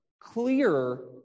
clearer